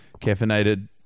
caffeinated